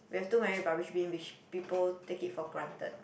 we have too many rubbish bin which people take it for granted